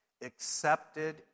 accepted